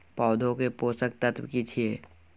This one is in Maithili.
पौधा के पोषक तत्व की छिये?